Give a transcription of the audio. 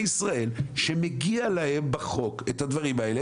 ישראל שמגיע להם על פי החוק את הדברים האלה,